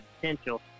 potential